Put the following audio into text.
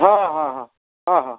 ହଁ ହଁ ହଁ ହଁ ହଁ